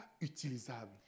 utilisable